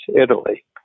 Italy